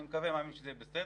אני מקווה שזה יהיה בסדר.